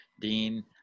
dean